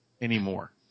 anymore